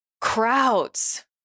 crowds